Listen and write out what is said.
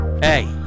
Hey